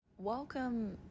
Welcome